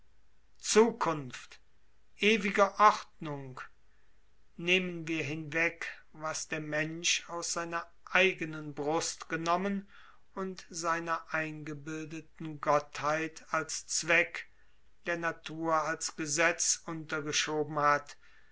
zukunft ewige ordnung nehmen wir hinweg was der mensch aus seiner eigenen brust genommen und seiner eingebildeten gottheit als zweck der natur als gesetz untergeschoben hat